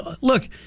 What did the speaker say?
Look